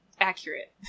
Accurate